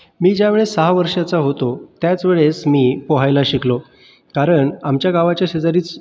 मी ज्यावेळेस सहा वर्षाचा होतो त्याचवेळेस मी पोहायला शिकलो कारण आमच्या गावाच्या शेजारीच